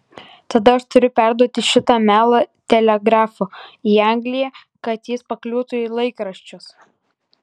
tada aš turiu perduoti šitą melą telegrafu į angliją kad jis pakliūtų į laikraščius